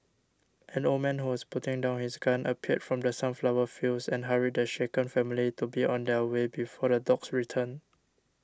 an old man who was putting down his gun appeared from the sunflower fields and hurried the shaken family to be on their way before the dogs return